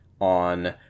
on